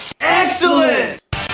Excellent